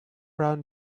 brown